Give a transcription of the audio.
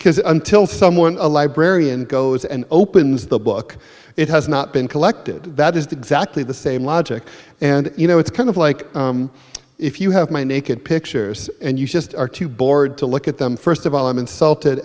books until someone a librarian goes and opens the book it has not been collected that is the exactly the same logic and you know it's kind of like if you have my naked pictures and you just are too bored to look at them first of all i'm insulted